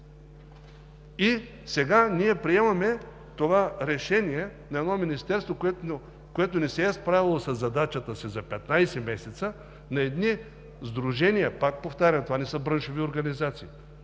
И сега ние приемаме решението на едно министерство, което не се е справило със задачата си за 15 месеца, на едни сдружения, пак повтарям, това не са браншови организации,